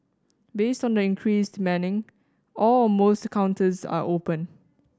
based on the increased manning all or most counters are open